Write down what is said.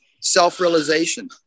self-realization